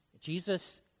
Jesus